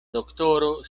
doktoro